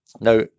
Now